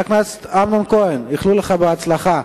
חבר הכנסת אמנון כהן, איחלו לך הצלחה.